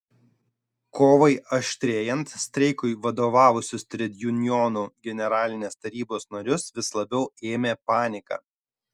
kovai aštrėjant streikui vadovavusius tredjunionų generalinės tarybos narius vis labiau ėmė panika